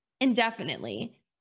indefinitely